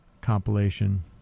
compilation